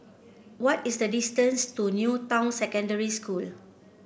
what is the distance to New Town Secondary School